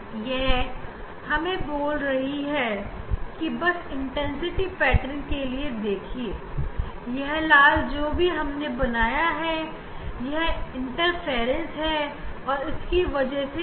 उसी प्रकार यहां भी हमें cos2 मिल रहा है जिस से देख कर हम ऐसा कह सकते हैं कि यह लाल वाला अंश इंटरफेरेंस पैटर्न की वजह से है